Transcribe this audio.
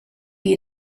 die